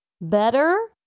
better